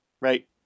right